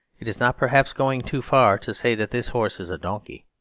it is not perhaps going too far to say that this horse is a donkey.